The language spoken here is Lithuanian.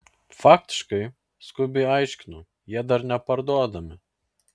faktiškai skubiai aiškinu jie dar neparduodami